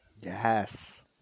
Yes